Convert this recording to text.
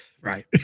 right